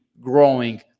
growing